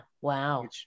Wow